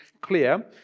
clear